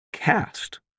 cast